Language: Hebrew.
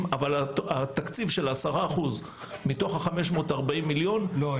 אבל התקציב שלה הוא 10% מתוך 540,000,000. לא,